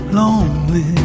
lonely